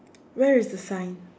where is the sign